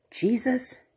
Jesus